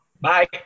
Bye